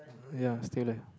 ya still like